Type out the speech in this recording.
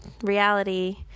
reality